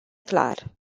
clar